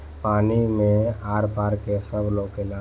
पानी मे आर पार के सब लउकेला